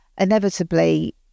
inevitably